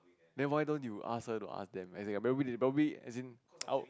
then why don't you ask her to ask them as in maybe they probably as in